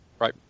Right